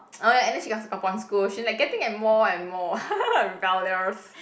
oh ya and then she got pon school she like getting and more and more rebellious